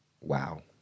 Wow